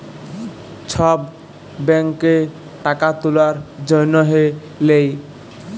ছব ব্যাংকে টাকা তুলার জ্যনহে লেই